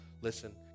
Listen